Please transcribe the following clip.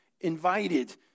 invited